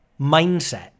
mindset